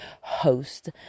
host